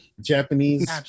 Japanese